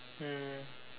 mm